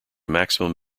maximum